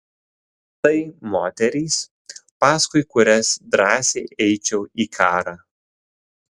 tai moterys paskui kurias drąsiai eičiau į karą